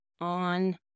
on